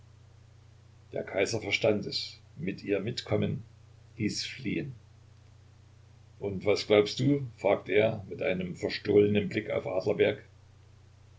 der kaiser verstand es mit ihr mitkommen hieß fliehen und was glaubst du fragte er mit einem verstohlenen blick auf